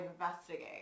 investigate